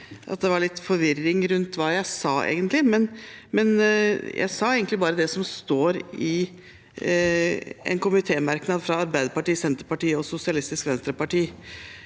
det var litt forvirring rundt hva jeg sa, men jeg sa egentlig bare det som står i en komitémerknad fra Arbeiderpartiet, Senterpartiet og Sosialistisk Venstreparti.